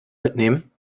mitnehmen